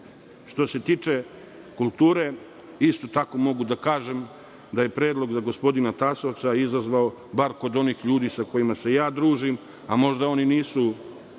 se tiče kulture, isto tako mogu da kažem da je predlog za gospodina Tasovca izazvao, bar kod onih ljudi sa kojima se ja družim, a možda oni nisu